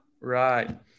right